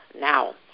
now